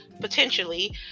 potentially